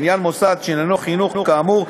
לעניין מוסד שעניינו חינוך כאמור,